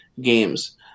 games